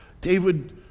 David